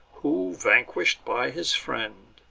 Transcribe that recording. who vanquish'd by his friend.